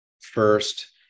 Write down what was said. first